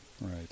right